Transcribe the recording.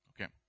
Okay